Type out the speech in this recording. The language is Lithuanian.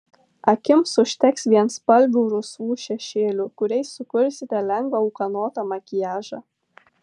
akims užteks vienspalvių rusvų šešėlių kuriais sukursite lengvą ūkanotą makiažą